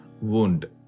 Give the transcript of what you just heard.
wound